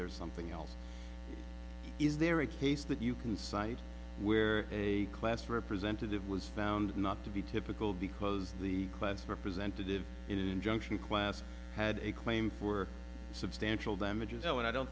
there's something else is there a case that you can cite where a class representative was found not to be typical because the clients representative injunction class had a claim for substantial damages when i don't